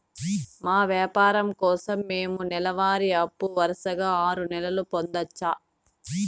మా వ్యాపారం కోసం మేము నెల వారి అప్పు వరుసగా ఆరు నెలలు పొందొచ్చా?